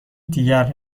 دیگر